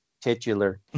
titular